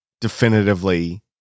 definitively